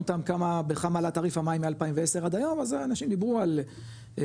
אותם כמה בכמה עלה תעריף המים מ-2010 עד היום אז אנשים דיברו על 20%,